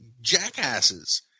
jackasses